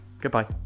Goodbye